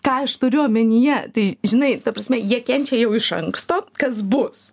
ką aš turiu omenyje tai žinai ta prasme jie kenčia jau iš anksto kas bus